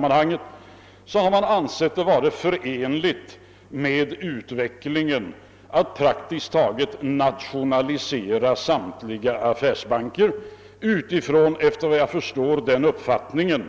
Man har där ansett det vara förenligt med utvecklingen att praktiskt taget nationalisera samtliga affärsbanker mot bakgrund — enligt vad jag förstår — av uppfattningen